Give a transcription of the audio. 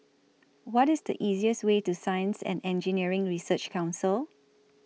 What IS The easiest Way to Science and Engineering Research Council